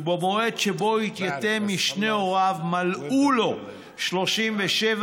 ובמועד שבו התייתם משני הוריו מלאו לו 37 שנים,